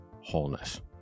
wholeness